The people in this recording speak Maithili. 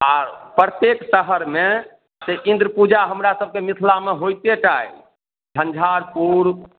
आ प्रत्येक शहरमे से इंद्र पूजा हमरा सबके मिथिलामे होइते टा अइ झंझारपुर